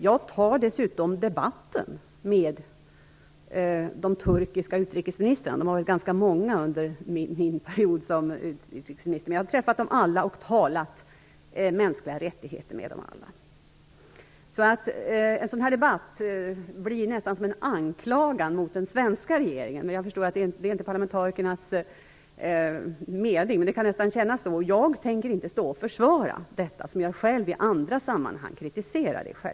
Jag tar dessutom debatten med de turkiska utrikesministrarna - de har varit ganska många under min period som utrikesminister. Men jag har träffat dem alla och diskuterat mänskliga rättigheter. En sådan här debatt blir nästan som en anklagelse mot den svenska regeringen. Jag förstår att det inte är parlamentarikernas mening, men det kan nästan kännas så. Självfallet tänker jag inte stå och försvara sådant som jag själv i andra sammanhang kritiserar.